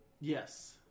yes